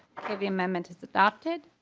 the moment is adopted